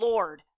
Lord